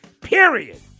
period